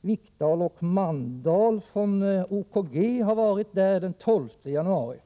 Wikdahl och Mandahl från OKG har varit där den 12 januari.